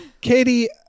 Katie